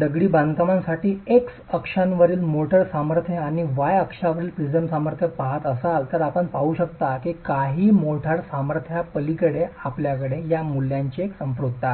दगडी बांधकामाचेसाठी एक्स अक्षांवरील मोर्टार सामर्थ्य आणि वाय अक्षावरील प्रिझम सामर्थ्य पहात असाल तर आपण पाहू शकता की काही मोर्टार सामर्थ्यापलीकडे आपल्याकडे या मूल्यांचे एक संपृक्तता आहे